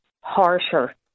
harsher